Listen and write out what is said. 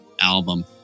album